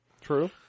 True